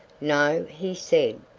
no, he said,